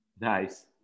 nice